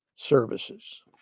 services